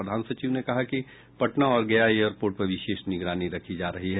प्रधान सचिव ने कहा कि पटना और गया एयरपोर्ट पर विशेष निगरानी रखी जा रही है